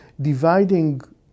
dividing